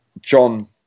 John